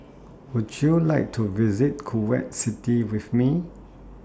Would YOU like to visit Kuwait City with Me